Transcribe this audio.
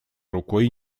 рукой